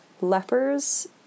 lepers